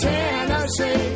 Tennessee